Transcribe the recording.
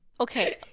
Okay